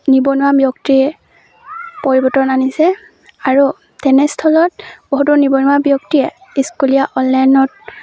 নিবনুৱা ব্যক্তিৰ পৰিৱৰ্তন আনিছে আৰু তেনেস্থলত বহুতো নিবনুৱা ব্যক্তিয়ে স্কুলীয়া অনলাইনত